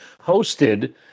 hosted